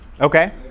Okay